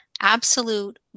absolute